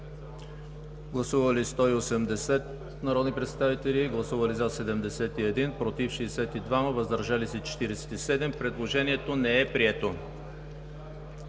Гласували 182 народни представители: за 71, против 73, въздържали се 38. Предложението не е прието.